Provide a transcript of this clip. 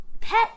pet